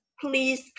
please